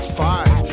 five